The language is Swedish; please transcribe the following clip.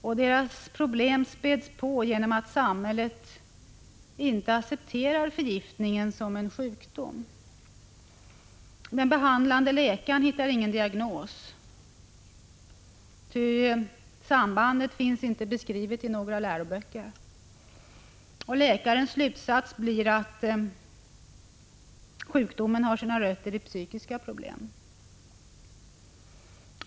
Och deras problem späds på genom att samhället inte accepterar förgiftningen som en sjukdom. Den behandlande läkaren hittar ingen diagnos, ty sambandet finns inte beskrivet i läroböckerna. Läkarens slutsats blir att sjukdomen har sina rötter i psykiska problem.